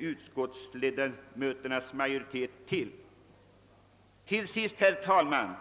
utskottsledamöternas majoritet inte till.